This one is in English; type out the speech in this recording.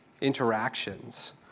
interactions